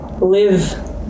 live